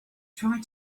tried